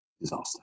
disaster